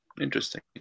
Interesting